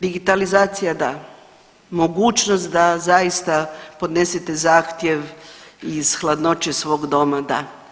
Digitalizacija da, mogućnost da zaista podnesete zahtjev iz hladnoće svog doma da.